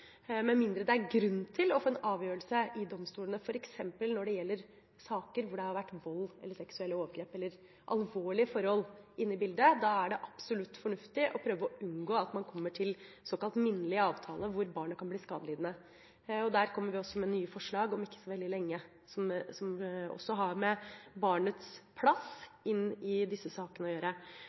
med mindre det er grunn til å få en avgjørelse der. Når det f.eks. gjelder saker der det har vært vold eller seksuelle overgrep – alvorlige forhold inne i bildet – er det absolutt fornuftig å prøve å unngå at man kommer til såkalt minnelig avtale hvor barnet kan bli skadelidende. Der kommer vi også med nye forslag om ikke så veldig lenge, forslag som har å gjøre med barnets plass i disse sakene.